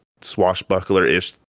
swashbuckler-ish